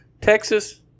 Texas